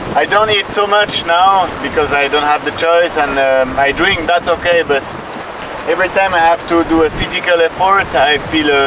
i don't eat so much now because i don't have the choice and my drink that's okay but every time i have to do a physical effort i feel